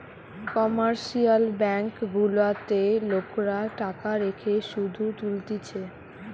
commercial bank গুলাতে লোকরা টাকা রেখে শুধ তুলতিছে